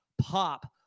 pop